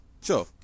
sure